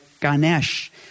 Ganesh